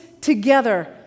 together